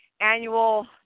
annual